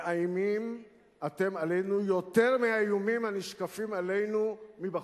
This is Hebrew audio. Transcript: מאיימים אתם עלינו יותר מהאיומים הנשקפים עלינו מבחוץ.